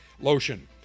lotion